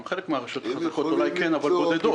חלק מהרשויות החזקות אולי כן, אבל בודדות.